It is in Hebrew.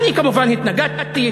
אני כמובן התנגדתי,